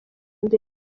imbere